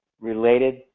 related